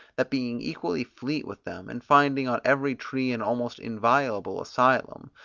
that being equally fleet with them, and finding on every tree an almost inviolable asylum,